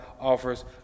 offers